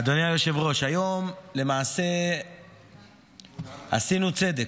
אדוני היושב-ראש, היום למעשה עשינו צדק.